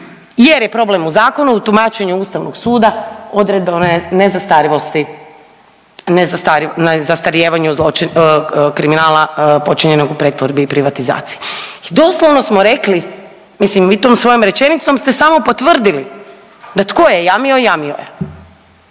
jer je problem u zakonu u tumačenju ustavnog suda u odredbama nezastarivosti, ne zastarijevanju kriminala počinjenog u pretvorbi i privatizaciji. I doslovno smo rekli, mislim vi tom svojom rečenicom ste samo potvrdili da “tko je jamio jamio je“,